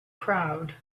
crowd